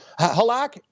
Halak